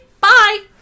bye